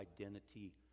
identity